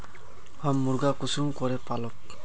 हम मुर्गा कुंसम करे पालव?